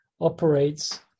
operates